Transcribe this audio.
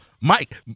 Mike